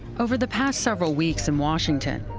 over the past several weeks in washington,